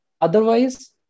Otherwise